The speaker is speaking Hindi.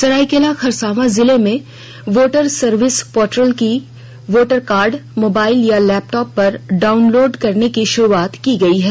सरायकेला खरसावां जिले में नेशनल वोटर सर्विस पोर्टल से वोटर कार्ड मोबाइल या लैपटॉप पर डाउनलोड करने की शुरुआत की गई है